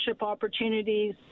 opportunities